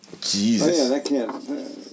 Jesus